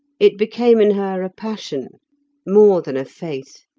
it became in her a passion more than a faith,